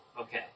Okay